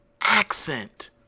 Accent